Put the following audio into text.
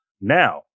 Now